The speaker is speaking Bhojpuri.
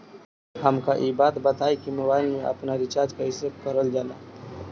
हमका ई बताई कि मोबाईल में आपन रिचार्ज कईसे करल जाला?